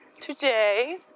today